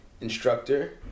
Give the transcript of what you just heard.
instructor